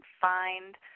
find